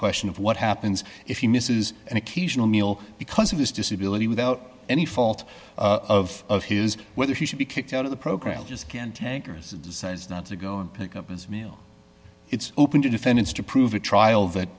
question of what happens if he misses an occasional meal because of his disability without any fault of his whether he should be kicked out of the program just cantankerous says not to go and pick up his mail it's open to defendants to prove a trial that